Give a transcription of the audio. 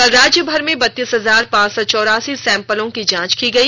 कल राज्य भर में बत्तीस हजार पांच सौ चौरासी सैंपलों की जांच की गई